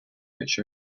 which